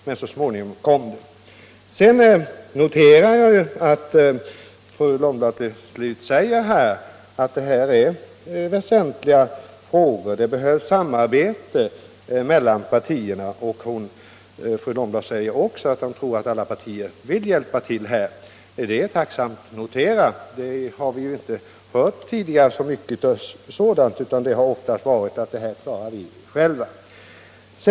Till slut sade fru Lundblad att det här är väsentliga frågor, att det behövs samarbete mellan partierna och att hon tror att alla partier vill hjälpa till. Det är tacksamt noterat. Tidigare har vi ju inte hört så mycket av sådant, utan då har ni oftast sagt att det här klarar ni själva.